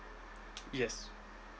yes